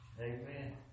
Amen